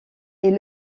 est